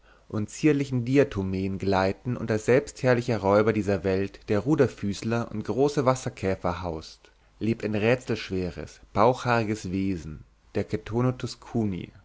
und zierlichen diatomeen gleiten und als selbstherrlicher räuber dieser welt der ruderfüßler und große wasserkäfer haust lebt ein rätselschweres bauchhaariges wesen der